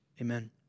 amen